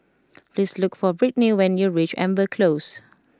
please look for Britni when you reach Amber Close